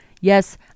Yes